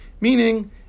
meaning